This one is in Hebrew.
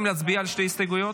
להצביע על שתי הסתייגויות?